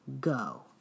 go